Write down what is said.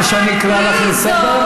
את רוצה שאני אקרא אותך לסדר?